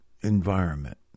environment